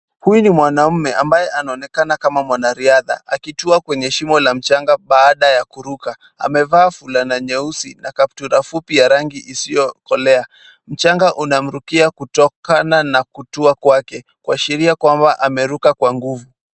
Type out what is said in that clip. Huyu ni mwanamme ambaye anaonekana kama ni mwanariadha, akitua kwenye shimo la mchanga baada ya kuruka. Amevaa fulana nyeusi na kaptura fupi ya rangi isiyokolea. Mchanga unamrukia kutokana na kutua kwake, kuashiria kwamba ameruka kwa nguvu.